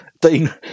Dean